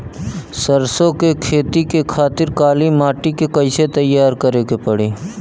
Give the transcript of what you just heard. सरसो के खेती के खातिर काली माटी के कैसे तैयार करे के पड़ी?